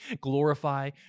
Glorify